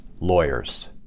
lawyers